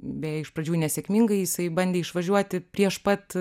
beje iš pradžių nesėkmingai jisai bandė išvažiuoti prieš pat